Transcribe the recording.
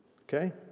Okay